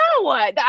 No